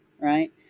right